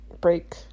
break